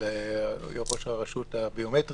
ראש הרשות הביומטרית.